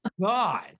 god